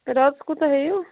راتَس کوٗتاہ ہٮ۪یُو